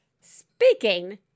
Speaking